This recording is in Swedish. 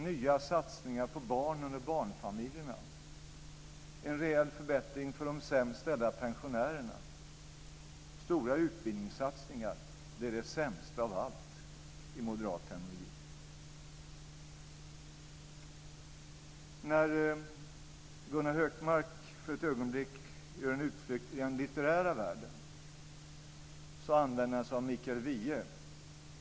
Nya satsningar på barnen och barnfamiljerna, en rejäl förbättring för de sämst ställda pensionärerna och stora ubildningssatsningar är det sämsta av allt med moderat terminologi. När Gunnar Hökmark för ett ögonblick gör en utflykt i den litterära världen använder han sig av Mikael Wiehe.